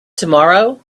tomorrow